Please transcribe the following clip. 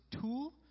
tool